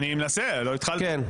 אני מנסה, לא התחלתי.